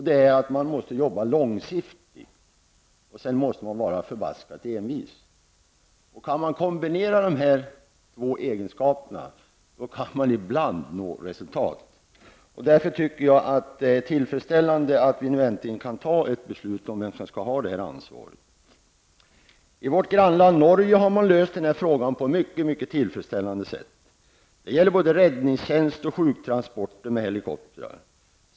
Det är att man måste jobba långsiktigt och att man måste vara förbaskat envis. Kan man kombinera dessa två egenskaper, kanske man ibland når resultat. Därför är det tillfredsställande att vi nu äntligen kan fatta ett beslut om vem som skall ha det här ansvaret. I vårt grannland Norge har man löst den här frågan på ett mycket tillfredsställande sätt. Det gäller både räddningstjänst och sjuktransporter med helikoptrar.